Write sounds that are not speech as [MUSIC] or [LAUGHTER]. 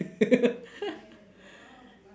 [LAUGHS]